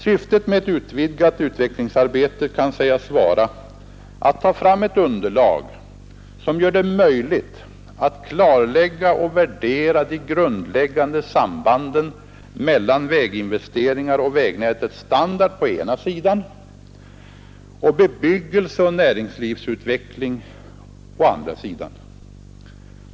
Syftet med ett vidgat utvecklingsarbete kan sägas vara att ta fram ett underlag som gör det möjligt att klarlägga och värdera de grundläggande sambanden mellan väginvesteringar och vägnätets standard å ena sidan och bebyggelseoch näringslivsutveckling å andra sidan.